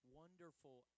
wonderful